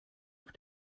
auf